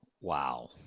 Wow